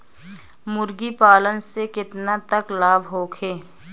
मुर्गी पालन से केतना तक लाभ होखे?